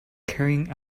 carrying